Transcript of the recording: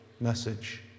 message